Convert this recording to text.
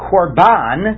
Korban